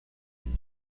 and